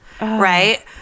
right